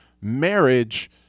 marriage